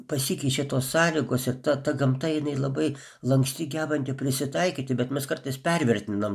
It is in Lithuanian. pasikeičia tos sąlygos ir ta ta gamta jinai labai lanksti gebanti prisitaikyti bet mes kartais pervertinam